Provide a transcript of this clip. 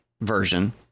version